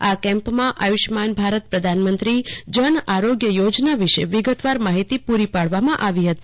આ કેમ્પમાં આયુષમાન ભારત પ્રધાનમંત્રી જન આરોગ્ય યોજના વિશે વિગતવાર માહિતી પુરી પાડવામાં આવી હતી